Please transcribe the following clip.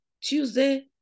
Tuesday